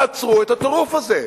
תעצרו את הטירוף הזה.